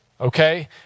okay